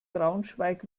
braunschweig